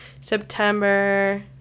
september